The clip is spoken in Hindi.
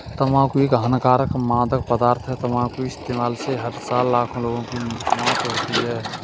तंबाकू एक हानिकारक मादक पदार्थ है, तंबाकू के इस्तेमाल से हर साल लाखों लोगों की मौत होती है